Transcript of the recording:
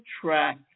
track